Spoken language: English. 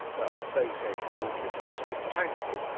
well so said broadland district council.